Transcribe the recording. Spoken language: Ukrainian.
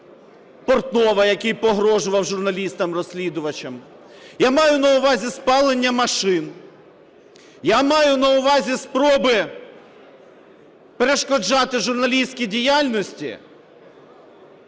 Портнова, який погрожував журналістам-розслідувачам. Я маю на увазі спалення машин, я маю на увазі спроби перешкоджати журналістській діяльності,